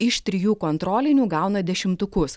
iš trijų kontrolinių gauna dešimtukus